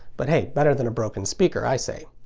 but hey, better than a broken speaker, i say.